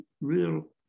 real